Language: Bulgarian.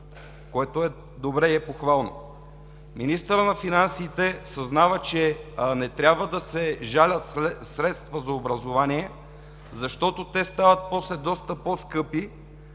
което е добре и похвално. Министърът на финансите съзнава, че не трябва да се жалят средства за образование, защото после стават доста по-скъпи,